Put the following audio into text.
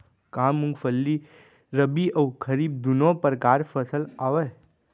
का मूंगफली रबि अऊ खरीफ दूनो परकार फसल आवय?